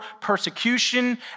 persecution